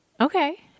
Okay